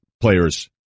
players